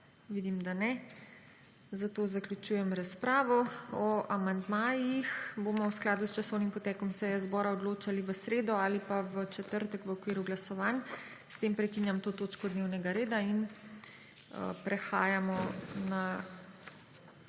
Vidim, da ne. Zaključujem razpravo. O amandmajih bomo v skladu z časovnim potekom seje odločali v sredo ali pa v četrtek v okviru glasovanj. S tem prekinjam to točko dnevnega reda. Prehajamo na 6.